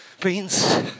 beans